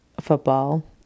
football